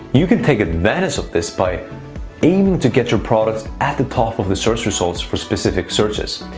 you can take advantage of this by aiming to get your products at the top of the search results for specific searches.